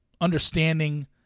understanding